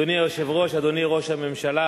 אדוני היושב-ראש, אדוני ראש הממשלה,